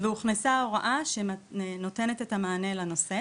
והוכנסה ההוראה שנותנת את המענה לנושא